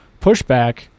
pushback